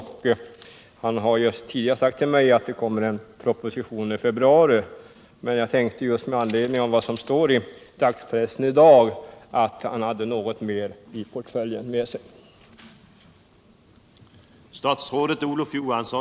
Han har tidigare sagt att det kommer en proposition i februari, men med tanke på vad som står i dagspressen i dag trodde jag att Olof Johansson hade något mer med sig i portföljen.